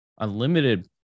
unlimited